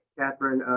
katherine.